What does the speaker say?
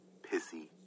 pissy